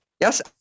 Yes